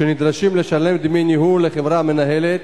שנדרשים לשלם דמי ניהול לחברה המנהלת